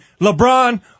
LeBron